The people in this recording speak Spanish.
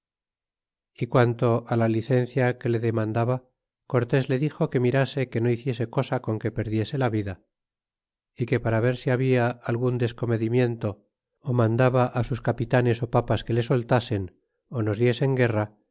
y cuanto á la licencia que le demandaba cortés le dixo que mirase que no hiciese cosa con que perdiese la vida y que para ver si habla algun descomedimiento ó sus capitanes papas que le soltasen ó nos diesen guerra